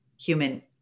human